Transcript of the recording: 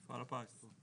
מפעל הפיס.